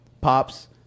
Pops